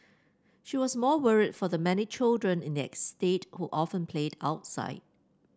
she was more worried for the many children in estate who often played outside